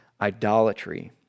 idolatry